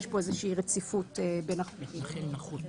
יש פה איזושהי רציפות בין החוקים.